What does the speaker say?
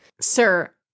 sir